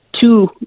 two